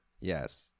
Yes